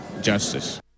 justice